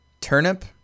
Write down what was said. Turnip